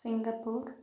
Singapore